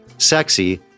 Sexy